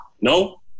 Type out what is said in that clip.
No